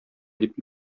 дип